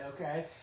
okay